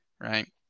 right